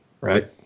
right